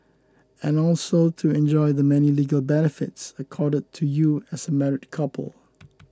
and also to enjoy the many legal benefits accorded to you as a married couple